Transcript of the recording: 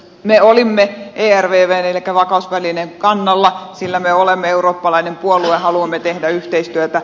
me olimme ervvn elikkä vakausvälineen kannalla sillä me olemme eurooppalainen puolue haluamme tehdä yhteistyötä